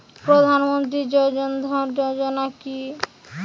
প্রধান মন্ত্রী জন ধন যোজনা কি?